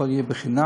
הכול יהיה חינם.